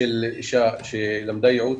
של אישה שלמדה ייעוץ,